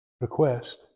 Request